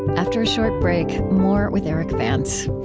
after a short break, more with erik vance.